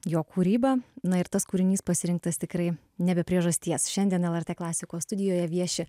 jo kūryba na ir tas kūrinys pasirinktas tikrai ne be priežasties šiandien el er t klasikos studijoje vieši